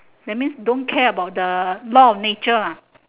that means don't care about the law of nature ah